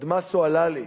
אדמסו אללי,